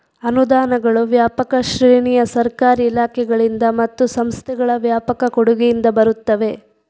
ಅನುದಾನಗಳು ವ್ಯಾಪಕ ಶ್ರೇಣಿಯ ಸರ್ಕಾರಿ ಇಲಾಖೆಗಳಿಂದ ಮತ್ತು ಸಂಸ್ಥೆಗಳ ವ್ಯಾಪಕ ಕೊಡುಗೆಯಿಂದ ಬರುತ್ತವೆ